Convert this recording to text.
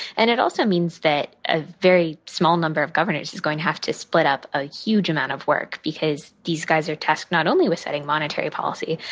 and it also means that a very small number of governors is going to have to split up a huge amount of work, because these guys are tasked not only with setting monetary policy,